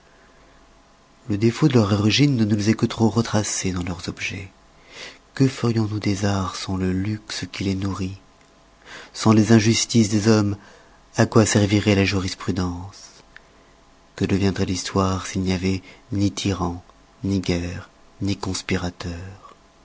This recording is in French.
le défaut de leur origine ne nous est que trop retracé dans leurs objets que ferions-nous des arts sans le luxe qui les nourrit sans les injustices des hommes à quoi serviroit la jurisprudence que deviendroit l'histoire s'il n'y avoit ni tyrans ni guerres ni conspirateurs